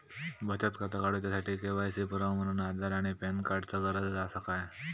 बचत खाता काडुच्या साठी के.वाय.सी पुरावो म्हणून आधार आणि पॅन कार्ड चा गरज आसा काय?